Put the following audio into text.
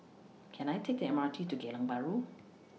Can I Take The M R T to Geylang Bahru